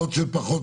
למה ברז?